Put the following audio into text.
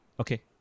Okay